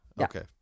Okay